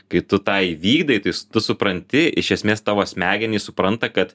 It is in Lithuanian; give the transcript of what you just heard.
kai tu tą įvykdai tai tu supranti iš esmės tavo smegenys supranta kad